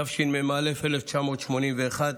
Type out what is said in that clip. התשמ"א 1981,